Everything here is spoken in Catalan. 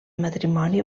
matrimoni